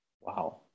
Wow